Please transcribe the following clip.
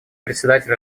председатель